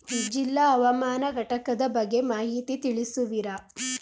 ಜಿಲ್ಲಾ ಹವಾಮಾನ ಘಟಕದ ಬಗ್ಗೆ ಮಾಹಿತಿ ತಿಳಿಸುವಿರಾ?